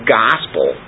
gospel